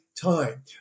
time